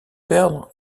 perdre